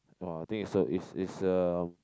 !wah! I think it's a it's it's a